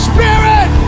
Spirit